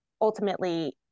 ultimately